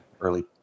early